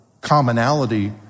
commonality